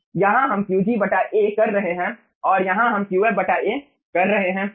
यहाँ हम Qg A कर रहे हैं और यहाँ हम Qf A कर रहे हैं